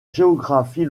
géographie